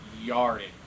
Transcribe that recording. yarded